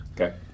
okay